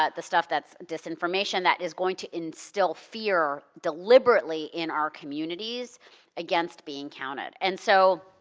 ah the stuff that's disinformation that is going to instill fear deliberately in our communities against being counted. and so,